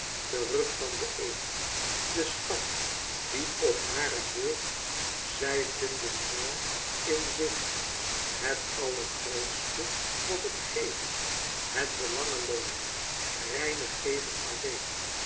terug van de eene den schat dien op hare beurt zij vinden zoû in zich het allergrootste was het geven het belangelooze reine geven alleen